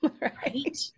right